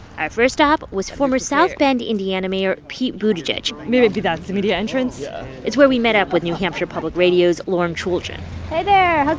our first stop was former south bend, ind, and mayor pete buttigieg maybe that's the media entrance yeah it's where we met up with new hampshire public radio's lauren chooljian hey, there. how's